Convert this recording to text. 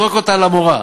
זורק אותה על המורה.